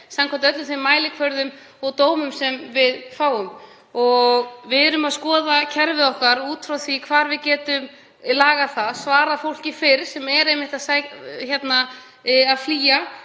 samkvæmt öllum þeim mælikvörðum og dómum sem við fáum. Við erum að skoða kerfið okkar út frá því hvar við getum lagað það, svarað fólki fyrr sem er einmitt að flýja